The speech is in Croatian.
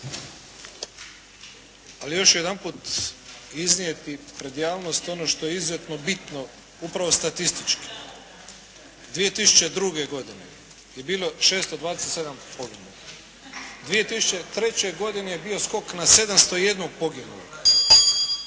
Ali još jedanput iznijeti pred javnost ono što je izuzetno bitno, upravo statistički. 2002. godine je bilo 627 poginulih. 2003. godine je bio skok na 701 poginulog.